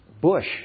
bush